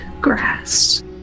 grass